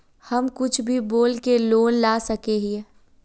हम कुछ भी बोल के लोन ला सके हिये?